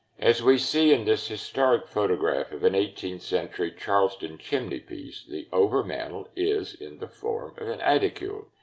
as we see in this historic photograph of an eighteenth century charleston chimneypiece, the overmantel is in the form of an aedicule,